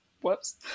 Whoops